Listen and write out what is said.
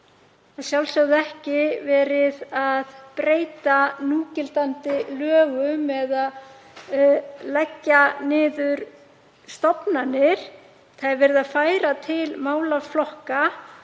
sjálfsögðu ekki verið að breyta núgildandi lögum eða leggja niður stofnanir. Verið er að færa til málaflokka